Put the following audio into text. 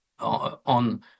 on